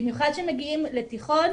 במיוחד כשמגיעים לתיכון,